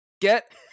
Get